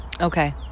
Okay